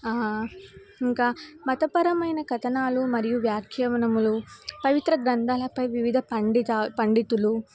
ఇంకా మతపరమైన కథనాలు మరియు వ్యాఖ్యవనములు పవిత్ర గ్రంథాలపై వివిధ పండిత పండితులు